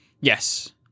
Yes